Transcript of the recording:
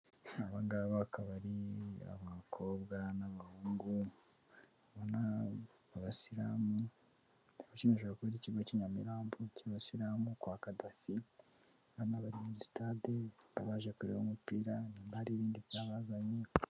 Abangaba akaba ari abakobwa n'abahungu, ubona b'abasilamu akenshi bakunda gukorera ku kigo cy'i Nyamirambo cy'abasilamu kwa Kadafi, ubona bari muri sitade baje kureba umupira nyuma hari ibindi byabazanye.